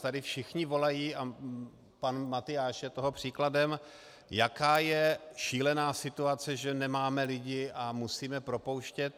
Tady všichni volají, a pan Matyáš je toho příkladem, jaká je šílená situace, že nemáme lidi a musíme propouštět.